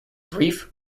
brief